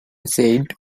said